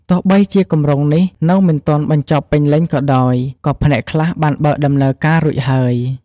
ទោះបីជាគម្រោងនេះនៅមិនទាន់បញ្ចប់ពេញលេញក៏ដោយ ក៏ផ្នែកខ្លះបានបើកដំណើរការរួចហើយ។